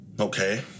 Okay